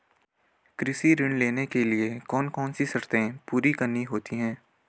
कृषि ऋण लेने के लिए कौन कौन सी शर्तें पूरी करनी होती हैं?